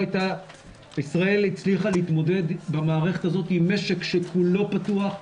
ישראל הצליחה להתמודד במערכת הזאת עם משק שכולו פתוח,